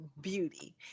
beauty